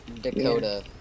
Dakota